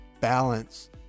balance